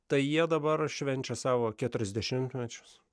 tai jie dabar švenčia savo keturiasdešimtmečius